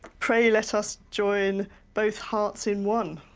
pray let us join both hearts in one.